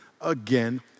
again